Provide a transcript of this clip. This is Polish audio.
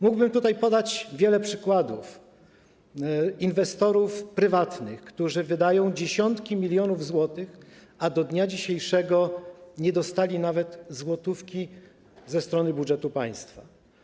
Mógłbym podać wiele przykładów dotyczących inwestorów prywatnych, którzy wydają dziesiątki milionów złotych, a do dnia dzisiejszego nie dostali nawet złotówki z budżetu państwa.